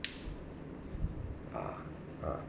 uh uh